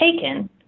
taken